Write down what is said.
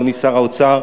אדוני שר האוצר,